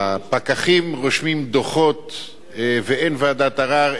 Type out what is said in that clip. הפקחים רושמים דוחות ואין ועדת ערר,